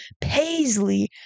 Paisley